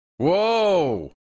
Whoa